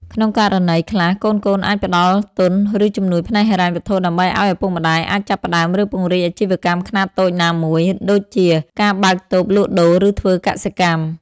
ក្នុងករណីខ្លះ កូនៗអាចផ្ដល់ទុន ឬជំនួយផ្នែកហិរញ្ញវត្ថុ ដើម្បីឱ្យឪពុកម្ដាយអាចចាប់ផ្តើម ឬពង្រីកអាជីវកម្មខ្នាតតូចណាមួយ ដូចជាការបើកតូបលក់ដូរ ឬធ្វើកសិកម្ម។